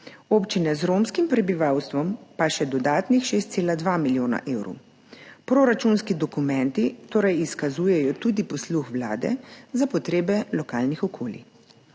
občine z romskim prebivalstvom pa še dodatnih 6,2 milijona evrov. Proračunski dokumenti torej izkazujejo tudi posluh vlade za potrebe lokalnih okolij.